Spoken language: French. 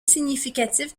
significatif